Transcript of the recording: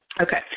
Okay